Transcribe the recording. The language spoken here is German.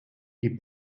die